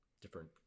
different